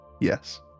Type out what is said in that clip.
Yes